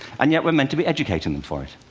and yet, we're meant to be educating them for it.